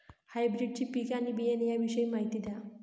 हायब्रिडची पिके आणि बियाणे याविषयी माहिती द्या